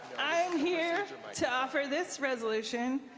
i'm here to offer this resolution,